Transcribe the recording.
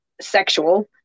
sexual